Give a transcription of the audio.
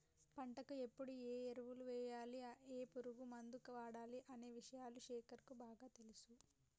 పంటకు ఎప్పుడు ఏ ఎరువులు వేయాలి ఏ పురుగు మందు వాడాలి అనే విషయాలు శేఖర్ కు బాగా తెలుసు